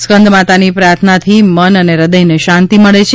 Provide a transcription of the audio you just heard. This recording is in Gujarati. સ્કંદમાતાની પ્રાર્થનાથી મન અને હૃદયને શાંતિ મળે છે